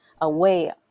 away